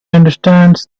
understands